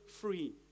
free